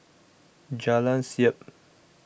Jalan Siap